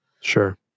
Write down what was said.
Sure